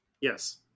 Yes